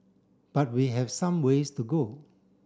but we have some ways to go